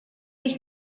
них